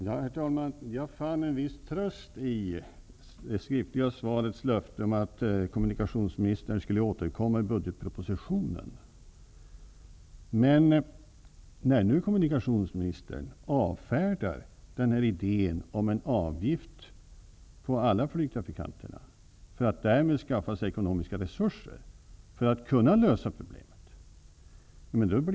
Herr talman! Jag fann en viss tröst i löftet i svaret om att kommunikationsministern skulle återkomma i budgetpropositionen. Men nu blir jag orolig, när kommunikationsministern avfärdar idén om en avgift för alla flygtrafikanter. Därigenom kunde man ju skaffa sig ekonomiska resurser för att lösa problemet.